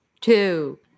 Two